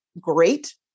great